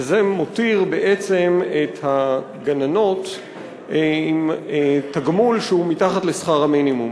וזה מותיר בעצם את הגננות עם תגמול שהוא מתחת לשכר המינימום.